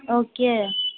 okay